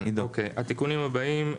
התיקונים הבאים,